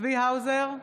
צבי האוזר,